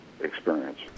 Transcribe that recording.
experience